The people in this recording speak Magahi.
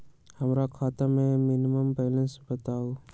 हमरा खाता में मिनिमम बैलेंस बताहु?